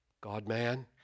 God-man